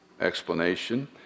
explanation